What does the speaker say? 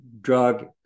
drug